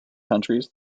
countries